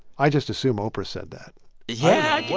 i just assume oprah said that yeah, yeah.